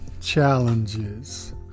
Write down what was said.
challenges